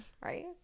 Right